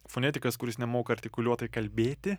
fonetikas kuris nemoka artikuliuotai kalbėti